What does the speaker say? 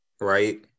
right